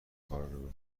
کارو